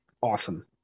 awesome